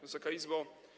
Wysoka Izbo!